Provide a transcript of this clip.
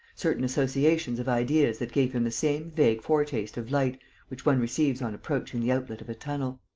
certain associations of ideas that gave him the same vague foretaste of light which one receives on approaching the outlet of a tunnel.